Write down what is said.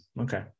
Okay